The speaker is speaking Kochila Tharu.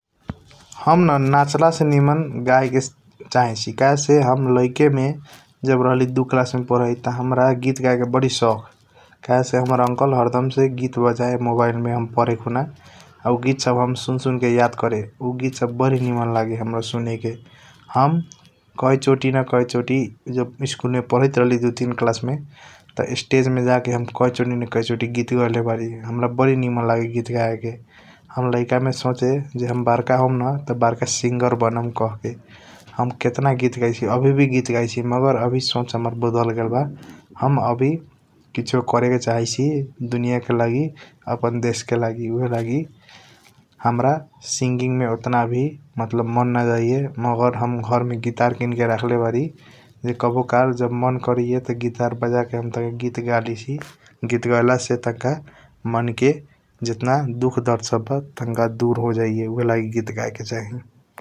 हम न नचला से निमन गएके चहाइसी कहेसे हम रहली दु क्लास मे पढ़ाईत । त हाम्रा गीत गयाके बारी सओख कहेसे हाम्रा अंकल हरदम से गीत बजाया मोबाईल मे पढे खूना । उ गीत सब सुन सुन के हम याद करे उ गीत सब हाम्रा बारी निमन लगे हाम्रा सुनेके । हम कायचोटी न कायचोटी जब स्कूल मे पढ़ाइट रहली दु तीन क्लास मे जाके कायचोटी न कायचोटी स्टेज मे गीत गेले बारी । हाम्रा बारी नामीन लगे गीतगायके हम लियका मे सोचे ज हम बरका होमना बरका सिन्जर बनाम कहके । हम कटान गीत गैसी आवी गीत गैसी मगर आवी सोच हाम्रा बदल गेलेबा हम आवी किसियों करएके चहाइसी दुनिया के लागि आपण देश के लगी । ऊहएलगी सिंगइंग मे हाम्रा ओटन मतलब माँन नजाइया मगर हम घर मे गिटार कीनन के रखले बारी । ज काभों कल जब मान करैयार त गिटार बज़ के टंक गीत गलिसी गीत गयाल से तनक मान के जतन दुख दर्द सब ब दूर होजाइया उहएल गीत गयाके चाही ।